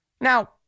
Now